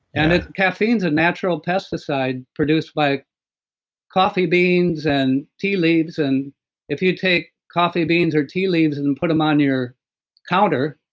and caffeine is a natural pesticide produced by coffee beans and tea leaves. and if you take coffee beans or tea leaves, and put them on your counter,